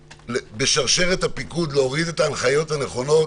בשרשרת הפיקוד להוריד את ההנחיות הנכונות,